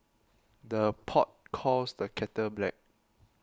the pot calls the kettle black